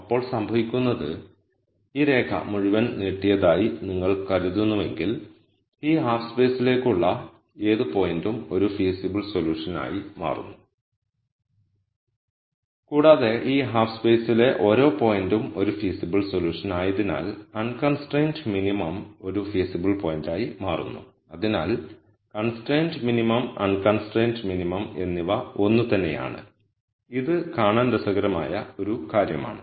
അപ്പോൾ സംഭവിക്കുന്നത് ഈ രേഖ മുഴുവൻ നീട്ടിയതായി നിങ്ങൾ കരുതുന്നുവെങ്കിൽ ഈ ഹാഫ് സ്പെയ്സിലേക്കുള്ള ഏത് പോയിന്റും ഒരു ഫീസിബ്ൾ സൊല്യൂഷൻ ആയി മാറുന്നു കൂടാതെ ഈ ഹാഫ് സ്പെയ്സിലെ ഓരോ പോയിന്റും ഒരു ഫീസിബ്ൾ സൊല്യൂഷൻ ആയതിനാൽ അൺകൺസ്ട്രയിന്റ് മിനിമം ഒരു ഫീസിബ്ൾ പോയിന്റായി മാറുന്നു അതിനാൽ കൺസ്ട്രൈൻഡ് മിനിമം അൺകൺസ്ട്രൈൻഡ് മിനിമം എന്നിവ ഒന്നുതന്നെയാണ് ഇത് കാണാൻ രസകരമായ ഒരു കാര്യമാണ്